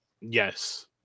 Yes